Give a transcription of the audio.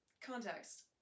context